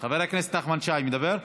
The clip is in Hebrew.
חבר הכנסת נחמן שי, מדבר?